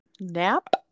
Nap